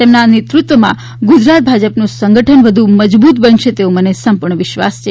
તેમના નેતૃત્વમાં ગુજરાત ભાજપનું સંગઠન વધુ મજબૂત થશે તેવો મને સંપૂર્ણ વિશ્વાસ છે